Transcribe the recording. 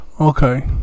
Okay